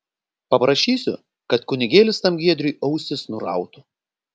paprašysiu kad kunigėlis tam giedriui ausis nurautų